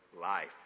life